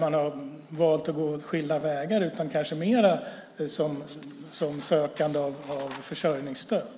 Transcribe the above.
man har gått skilda vägar utan som sökande av försörjningsstöd.